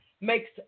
makes